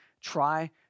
try